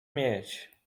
mieć